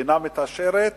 המדינה מתעשרת